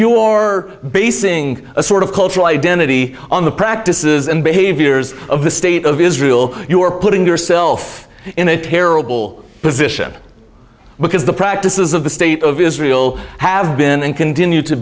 your basing a sort of cultural identity on the practices and behaviors of the state of israel you are putting yourself in a terrible position because the practices of the state of israel have been and continue to